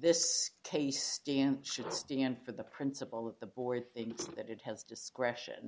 this case stand should stand for the principle of the boy i think that it has discretion